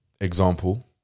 Example